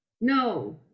no